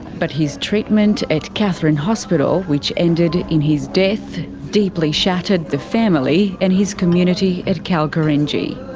but his treatment at katherine hospital, which ended in his death, deeply shattered the family and his community at kalkarindji.